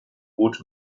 boot